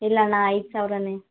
ಇಲ್ಲ ಅಣ್ಣ ಐದು ಸಾವಿರ